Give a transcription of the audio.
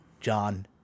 John